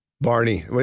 Barney